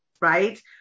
right